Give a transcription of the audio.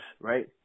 right